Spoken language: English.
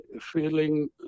feeling